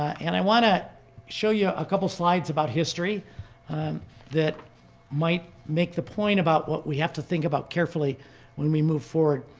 and i want to show you a couple of slides about history that might make the point about what we have to think about carefully when we move forward.